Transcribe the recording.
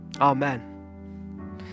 Amen